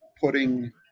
putting